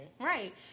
Right